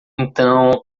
então